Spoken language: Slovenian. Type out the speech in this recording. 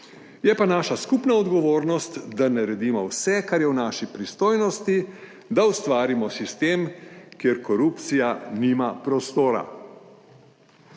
Je pa naša skupna odgovornost, da naredimo vse kar je v naši pristojnosti, da ustvarimo sistem, kjer korupcija nima prostora.